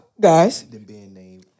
guys